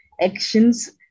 actions